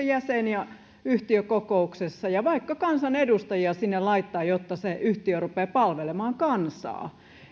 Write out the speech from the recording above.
jäseniä yhtiökokouksessa ja vaikka kansanedustajia sinne laittaa jotta se yhtiö rupeaa palvelemaan kansaa